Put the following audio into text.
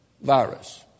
virus